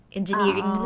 Engineering